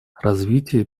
развитие